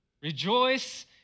Rejoice